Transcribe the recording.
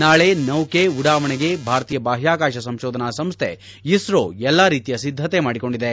ನಾಳೆ ನೌಕೆ ಉಡಾವಣೆಗೆ ಭಾರತೀಯ ಬಾಹ್ವಾಕಾಶ ಸಂಶೋಧನಾ ಸಂಸ್ಥೆ ಇಸ್ತೊ ಎಲ್ಲ ರೀತಿಯ ಸಿದ್ದತೆ ಮಾಡಿಕೊಂಡಿದೆ